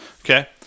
Okay